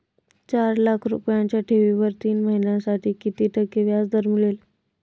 चार लाख रुपयांच्या ठेवीवर तीन महिन्यांसाठी किती टक्के व्याजदर मिळेल?